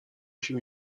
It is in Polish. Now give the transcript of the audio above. się